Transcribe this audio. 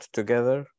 together